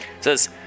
Says